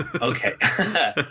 Okay